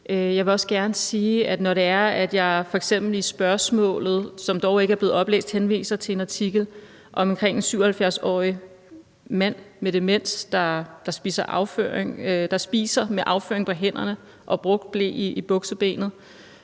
Jeg vil også gerne sige, at når jeg f.eks. i den skriftlige begrundelse af spørgsmålet, som dog ikke er blevet oplæst, henviser til en artikel om en 77-årig mand med demens, der spiser med afføring på hænderne og brugt ble i buksebenet,